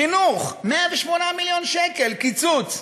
חינוך, 108 מיליון שקל קיצוץ,